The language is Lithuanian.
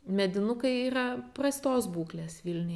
medinukai yra prastos būklės vilniuj